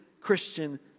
Christian